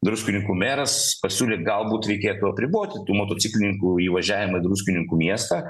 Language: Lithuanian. druskininkų meras pasiūlė galbūt reikėtų apriboti tų motociklininkų įvažiavimą į druskininkų miestą